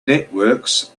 networks